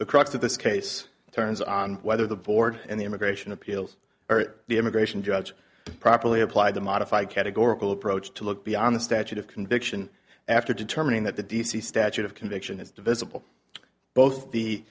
the crux of this case turns on whether the board and the immigration appeals or the immigration judge properly applied the modify categorical approach to look beyond the statute of conviction after determining that the d c statute of conviction is divisible both the